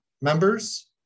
members